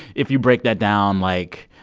if you break that down, like,